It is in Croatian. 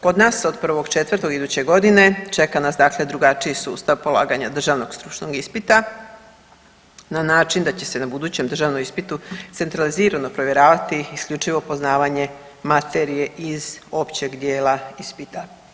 Kod nas od 1. 4. iduće godine čeka nas dakle drugačiji sustav polaganja državnog stručnog ispita na način da će se na budućem državnom ispitu centralizirano provjeravati isključivo poznavanje materije iz općeg dijela ispita.